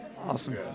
Awesome